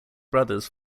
brothers